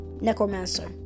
Necromancer